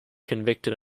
convicted